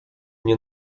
nie